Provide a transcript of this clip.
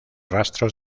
rastros